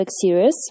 series